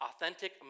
authentic